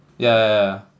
yeah yeah yeah yeah